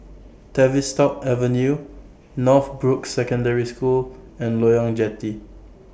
Tavistock Avenue Northbrooks Secondary School and Loyang Jetty